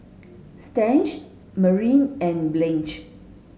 Stan Mariah and Blanch